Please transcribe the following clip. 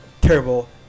terrible